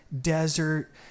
desert